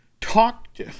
talked